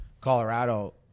Colorado